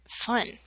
fun